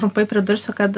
trumpai pridursiu kad